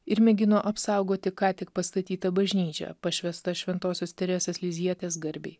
ir mėgino apsaugoti ką tik pastatytą bažnyčią pašvęstą šventosios teresės lizietės garbei